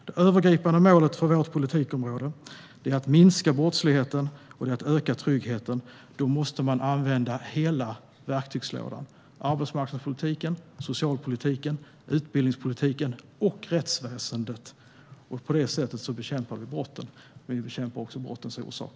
Det övergripande målet för vårt politikområde är att minska brottsligheten och öka tryggheten. Då måste man använda hela verktygslådan: arbetsmarknadspolitiken, socialpolitiken, utbildningspolitiken och rättsväsendet. På det sättet bekämpar vi brotten, men vi bekämpar också brottens orsak.